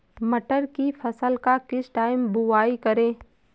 मटर की फसल का किस टाइम बुवाई करें?